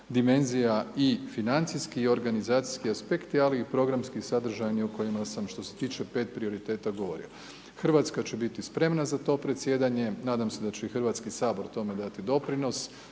i financijski i organizacijski aspekti, ali i programski i sadržajni, o kojima sam, što se tiče 5 prioriteta, govorio. RH će biti spremna za to predsjedanje, nadam se da će i HS tome dati doprinos,